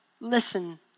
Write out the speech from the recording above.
listen